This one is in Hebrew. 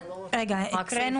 לסעיף